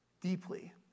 deeply